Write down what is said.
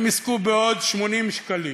הם יזכו בעוד 80 שקלים.